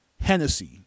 Hennessy